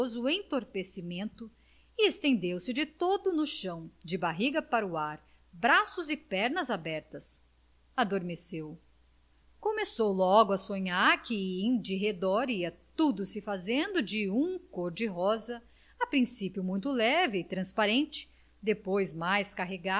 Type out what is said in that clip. entorpecimento e estendeu-se de todo no chão de barriga para o ar braços e pernas abertas adormeceu começou logo a sonhar que em redor ia tudo se fazendo de um cor-de-rosa a princípio muito leve e transparente depois mais